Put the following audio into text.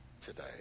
today